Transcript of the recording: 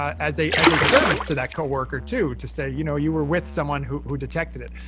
as a as a service to that co-worker, too, to say you know you were with someone who who detected it.